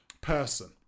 person